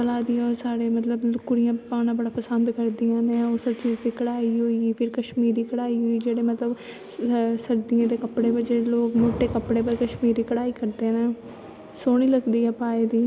चला दी ऐ साढ़े मतलव की कुड़ियां पाना बड़ा पसंद करदियां नै कुसै चीज़ ही कढ़ाई होई गेई फिर कश्मीरी कढ़ाई होई गेई जियां मतलव सर्दियें दे कपड़ें बिच्च लोग मुट्टे कपड़े पर लोग कश्मीरी कढ़ाई करदे नै सोह्नी लगदी ऐ पाई दी